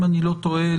אם אני לא טועה,